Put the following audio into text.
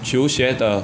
求学的